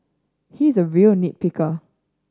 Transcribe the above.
he is a real nit picker